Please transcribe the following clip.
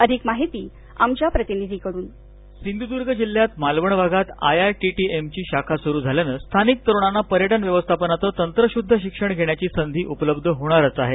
अधिक माहिती आमच्या प्रतिनिधीकडून सिंधुदुर्ग जिल्ह्यात मालवण भागात आयआयटीटीएमची शाखा सुरु झाल्यान स्थानिक तरुणांना पर्यटन व्यवस्थापनाचे तंत्रशृध्द शिक्षण घेण्याची संधी उपलब्ध होणारचा आहे